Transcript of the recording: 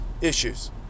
issues